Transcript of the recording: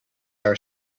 our